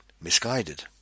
misguided